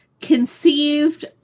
conceived